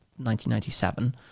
1997